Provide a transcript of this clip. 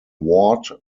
ward